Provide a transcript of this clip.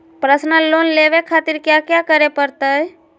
Personal loan लेवे खातिर कया क्या करे पड़तइ?